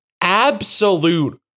absolute